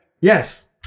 yes